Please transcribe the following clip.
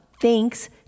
thanks